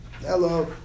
Hello